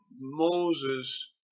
moses